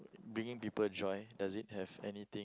bringing people joy does it have anything